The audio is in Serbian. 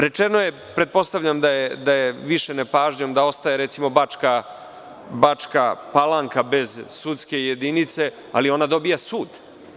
Rečeno je, pretpostavljam da je više nepažnjom, da ostaje recimo Bačka Palanka bez sudske jedinice, ali ona dobija sud.